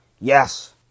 Yes